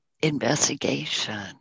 investigation